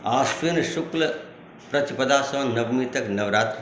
आश्विन शुक्ल प्रतिपदासँ नवमी तक नवरात्र